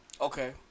Okay